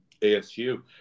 ASU